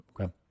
Okay